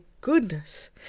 goodness